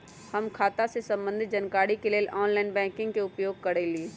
हम खता से संबंधित जानकारी के लेल ऑनलाइन बैंकिंग के उपयोग करइले